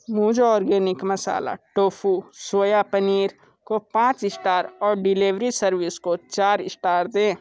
मुझे organic masala tofu soya paneer को पाँच स्टार और डिलेवरी सर्विस को चार स्टार दें